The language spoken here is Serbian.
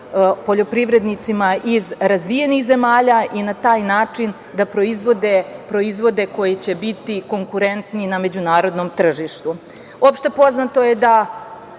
poljoprivrednicima iz razvijenih zemalja i na taj način da proizvode proizvode koji će biti konkurentni na međunarodnom tržištu. Opšte